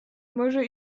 może